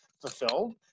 fulfilled